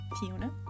Fiona